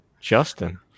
Justin